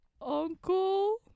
uncle